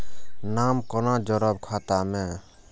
नाम कोना जोरब खाता मे